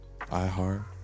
iHeart